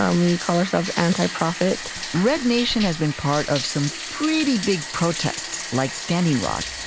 um we call ourselves antiprofit red nation has been part of some pretty big protests, like standing rock.